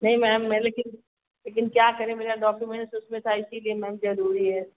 नहीं मैम मैं लेकिन लेकिन क्या करें मेरा डॉक्यूमेंट्स उसमें था इसीलिए मैम ज़रूरी है